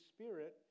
Spirit